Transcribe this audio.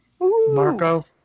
Marco